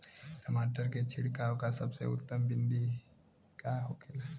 टमाटर में छिड़काव का सबसे उत्तम बिदी का होखेला?